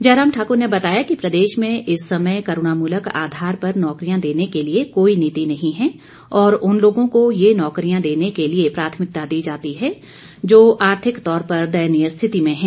जयराम ठाकुर ने बताया कि प्रदेश में इस समय करुणामूलक आधार पर नौकरियां देने के लिए कोई नीति नहीं है और उन लोगों को ये नौकरियां देने के लिए प्राथमिकता दी जाती है जो आर्थिक तौर पर दयनीय स्थिति में हैं